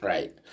Right